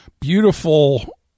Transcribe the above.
beautiful